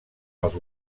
els